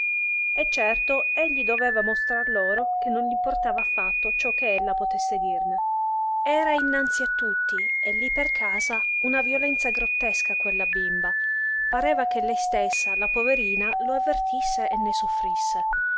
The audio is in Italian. e certo egli doveva mostrar loro che non gl'importava affatto ciò che ella potesse dirne era innanzi a tutti e lí per casa una violenza grottesca quella bimba pareva che lei stessa la poverina lo avvertisse e ne soffrisse